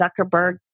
Zuckerberg